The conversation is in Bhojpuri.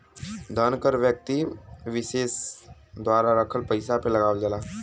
धन कर व्यक्ति विसेस द्वारा रखल पइसा पे लगावल जाला